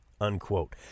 unquote